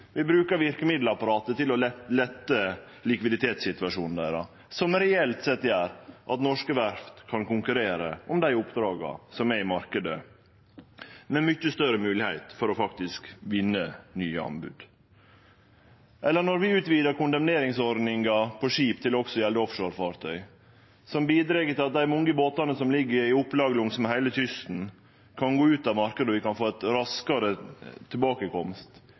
vi bruker verkemiddelapparatet til å lette likviditetssituasjonen deira, som reelt sett gjer at norske verft kan konkurrere om dei oppdraga som er i marknaden, med mykje større moglegheit for faktisk å vinne nye anbod. Og når vi utvidar kondemneringsordninga på skip til også å gjelde offshorefartøy, bidreg det til at dei mange båtane som ligg i opplag langsmed heile kysten, kan gå ut av marknaden, og vi kan få ein raskare tilbakekomst